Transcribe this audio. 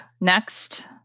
next